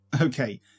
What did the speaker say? Okay